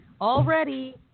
already